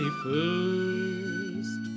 first